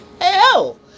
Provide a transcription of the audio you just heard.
hell